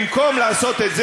במקום לעשות את זה,